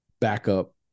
backup